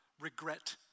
regret